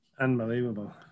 Unbelievable